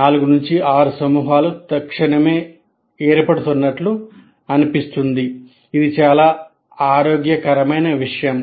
4 6 సమూహాలు తక్షణమే ఏర్పడుతున్నట్లు అనిపిస్తుంది ఇది చాలా ఆరోగ్యకరమైన విషయం